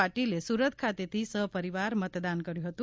પાટીલ સુરત ખાતથ્રી સહપરીવાર મતદાન કર્યુ હતું